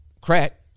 crack